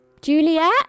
Juliet